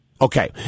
Okay